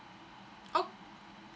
oh